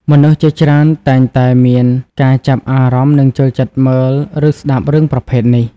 មនុស្សជាច្រើនតែងតែមានការចាប់អារម្មណ៍និងចូលចិត្តមើល ឬស្តាប់រឿងប្រភេទនេះ។